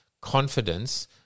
confidence